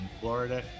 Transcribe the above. Florida